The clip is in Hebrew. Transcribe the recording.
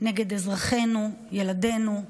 נגד אזרחינו, ילדינו,